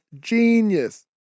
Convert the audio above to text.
genius